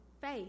faith